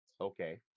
Okay